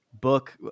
book